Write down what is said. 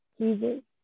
Jesus